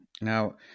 Now